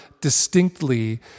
distinctly